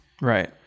Right